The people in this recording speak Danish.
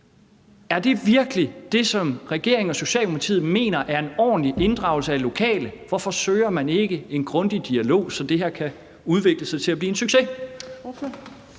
Er det virkelig det, som regeringen og Socialdemokratiet mener er en ordentlig inddragelse af lokale? Hvorfor søger man ikke en grundig dialog, så det her kan udvikle sig til at blive en succes?